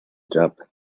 jump